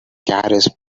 carries